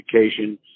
education